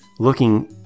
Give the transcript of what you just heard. Looking